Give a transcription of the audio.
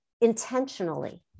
intentionally